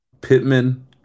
Pittman